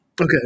Okay